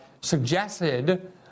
suggested